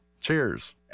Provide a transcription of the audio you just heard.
Cheers